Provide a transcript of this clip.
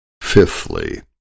Fifthly